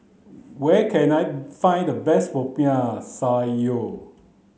where can I find the best popiah sayur